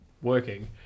working